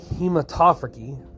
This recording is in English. hematophagy